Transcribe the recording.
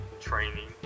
training